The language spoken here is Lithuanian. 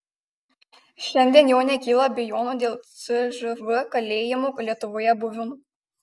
šiandien jau nekyla abejonių dėl cžv kalėjimų lietuvoje buvimo